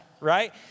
right